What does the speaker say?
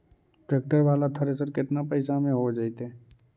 Tractor बाला thresher केतना पैसा में हो जैतै?